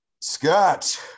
Scott